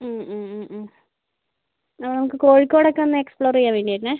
നമുക്ക് കോഴിക്കോടൊക്കെയൊന്ന് എക്സ്പ്ലോർ ചെയ്യാൻ വേണ്ടിയായിരുന്നു